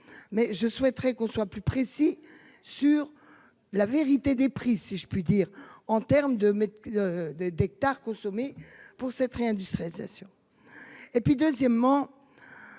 Mais je souhaiterais qu'on soit plus précis sur la vérité des prix si je puis dire en termes de mettre de, de d'hectares consommer pour cette réindustrialisation. Et puis deuxièmement.